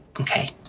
okay